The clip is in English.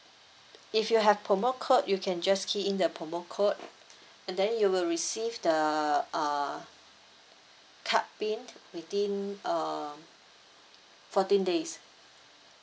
if you have promo code you can just key in the promo code and then you will receive the uh card pin within uh fourteen days